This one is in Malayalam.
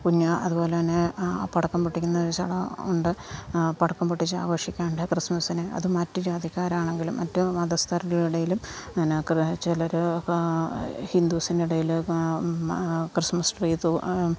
കുഞ്ഞാ അതുപോലെ തന്നെ പടക്കം പൊട്ടിക്കുന്ന ഒരു ചടങ്ങ് ഉണ്ട് പടക്കം പൊട്ടിച്ച് ആഘോഷിക്കുന്നുണ്ട് ക്രിസ്മസ്സിന് അത് മറ്റു ജാതിക്കാരാണെങ്കിലും മറ്റു മതസ്ഥരുടെ ഇടയിലും അങ്ങനെ കുറേ ചിലർ ഹിന്ദൂസ്സിന് ഇടയിൽ ക്രിസ്മസ് ട്രീ തൂക്കും